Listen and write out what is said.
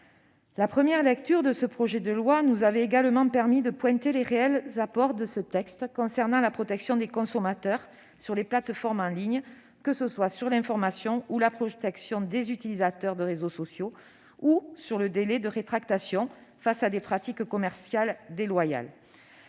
la première lecture, nous étions parvenus à pointer les réels apports de ce texte concernant la protection des consommateurs sur les plateformes en ligne, que ce soit l'information ou la protection des utilisateurs de réseaux sociaux ou le délai de rétractation face à des pratiques commerciales déloyales.